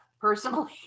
personally